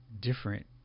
different